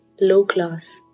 low-class